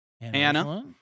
Anna